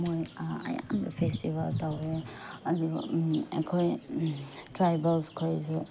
ꯃꯣꯏ ꯑꯌꯥꯝꯕ ꯐꯦꯁꯇꯤꯚꯦꯜ ꯇꯧꯋꯦ ꯑꯗꯨ ꯑꯩꯈꯣꯏ ꯇ꯭ꯔꯥꯏꯕꯦꯜꯁ ꯈꯣꯏꯁꯨ